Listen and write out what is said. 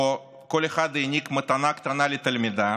ובו כל אחד העניק מתנה קטנה לתלמידה